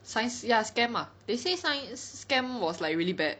science ya SCAMP ah they say science SCAMP was like really bad